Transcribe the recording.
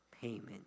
payment